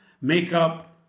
makeup